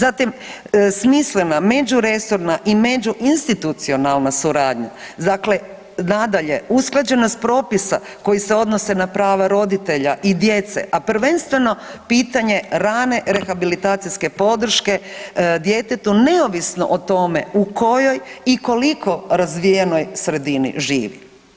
Zatim smislena međuresorna i međuinstitucionalna suradnja dakle nadalje, usklađenost propisa koji se odnose na prava roditelja i djece, a prvenstveno pitanje rane rehabilitacijske podrške djetetu neovisno o tome u kojoj i koliko razvijenoj sredini živi.